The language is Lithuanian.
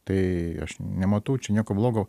tai aš nematau čia nieko blogo